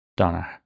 Donna